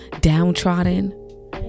downtrodden